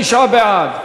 59 בעד,